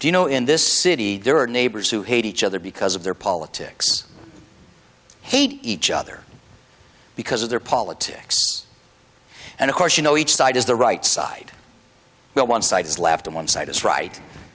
do you know in this city there are neighbors who hate each other because of their politics hate each other because of their politics and of course you know each side is the right side but one side is left on one side it's right